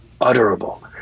utterable